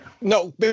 No